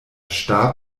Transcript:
starb